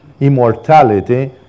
immortality